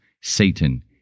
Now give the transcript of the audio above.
Satan